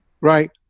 Right